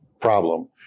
problem